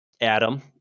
Adam